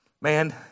Man